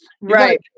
right